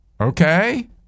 okay